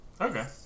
Okay